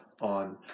on